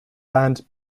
band